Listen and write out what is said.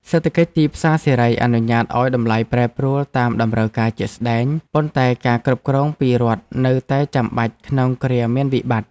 សេដ្ឋកិច្ចទីផ្សារសេរីអនុញ្ញាតឱ្យតម្លៃប្រែប្រួលតាមតម្រូវការជាក់ស្តែង ប៉ុន្តែការគ្រប់គ្រងពីរដ្ឋនៅតែចាំបាច់ក្នុងគ្រាមានវិបត្តិ។